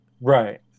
right